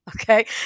Okay